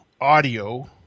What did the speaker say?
audio